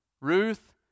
Ruth